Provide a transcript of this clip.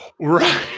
Right